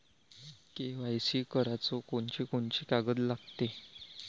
KYC कराच कोनचे कोनचे कागद लागते?